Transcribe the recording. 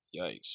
Yikes